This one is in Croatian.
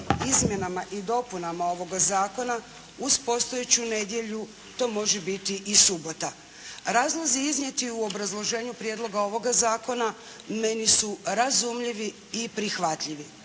izmjenama i dopunama ovoga zakona uz postojeću nedjelju to može biti i subota. Razlozi iznijeti u obrazloženju prijedloga ovoga zakona meni su razumljivi i prihvatljivi.